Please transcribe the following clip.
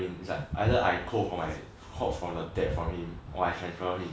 it's like either I 扣 from my 扣 from my debt for him or I transfer him